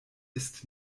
ist